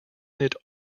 knit